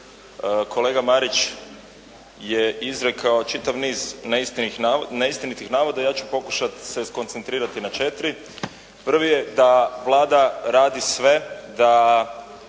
kolega Marić je izrekao čitav niz neistinitih navoda, ja ću pokušati se skoncentrirati na četiri. Prvi je da Vlada radi sve da